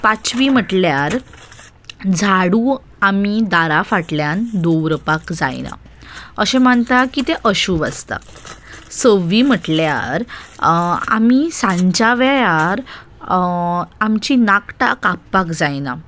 पांचवी म्हटल्यार झाडू आमी दारा फाटल्यान दवरपाक जायना अशें मानतात की तें अशूभ आसता सववी म्हटल्यार आमी सांच्या वेळार आमची नाकटां कापपाक जायना